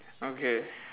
okay